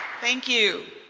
thank you.